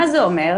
מה זה אומר?